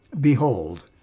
Behold